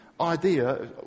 idea